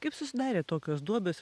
kaip susidarė tokios duobės